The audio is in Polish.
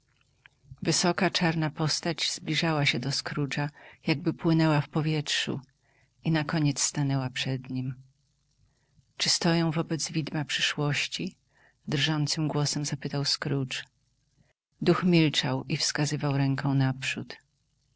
wysoka czarna postać zbliżała się do scroogea jakby płynęła w powietrzu i nakoniec stanęła przed nim czy stoję wobec widma przyszłości drżącym głosem zapytał scrooge duch milczał i wskazywał ręką naprzód